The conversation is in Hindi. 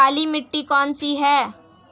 काली मिट्टी कौन सी है?